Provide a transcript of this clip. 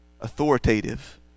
authoritative